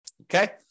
Okay